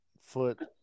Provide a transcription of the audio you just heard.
foot